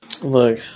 Look